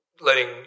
letting